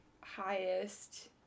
highest